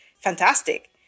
fantastic